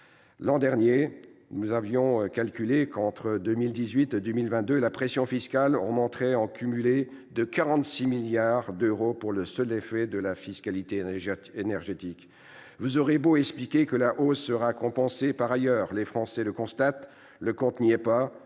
L'an dernier, nous avions calculé qu'entre 2018 et 2022 la pression fiscale augmenterait en cumulé de 46 milliards d'euros par le seul effet de la fiscalité énergétique. Vous aurez beau expliquer que la hausse sera compensée par ailleurs, les Français le constatent : le compte n'y est pas